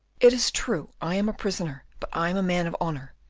it is true i am a prisoner, but i am a man of honour,